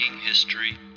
History